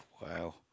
Wow